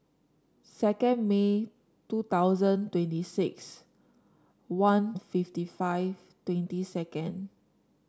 second May two thousand twenty six one fifty five twenty second